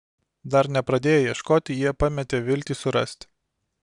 dar nepradėję ieškoti jie pametė viltį surasti